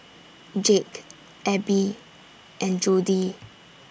Jake Abbey and Jody